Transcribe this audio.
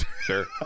Sure